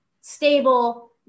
stable